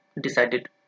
decided